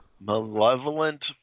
malevolent